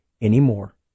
anymore